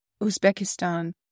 Uzbekistan